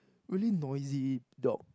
really noisy dog